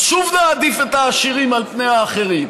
אז שוב נעדיף את העשירים על פני האחרים.